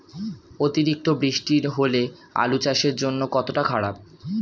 অতিরিক্ত বৃষ্টি হলে আলু চাষের জন্য কতটা খারাপ?